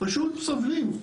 פשוט סובלים,